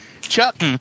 chuck